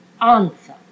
answer